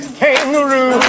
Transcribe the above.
kangaroo